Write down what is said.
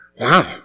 Wow